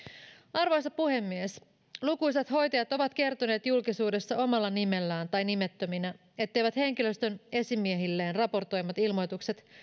arvoisa puhemies lukuisat hoitajat ovat kertoneet julkisuudessa omalla nimellään tai nimettöminä etteivät henkilöstön esimiehilleen raportoimat ilmoitukset